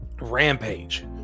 Rampage